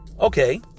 Okay